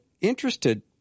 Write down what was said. interested